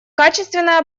качественное